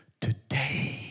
Today